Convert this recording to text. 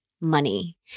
Money